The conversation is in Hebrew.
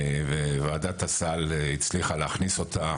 וועדת הסל הצליחה להכניס אותה,